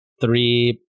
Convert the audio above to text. Three